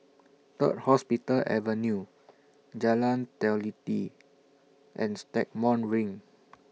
Third Hospital Avenue Jalan Teliti and Stagmont Ring